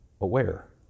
aware